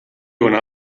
una